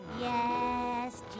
yes